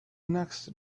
next